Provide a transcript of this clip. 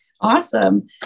Awesome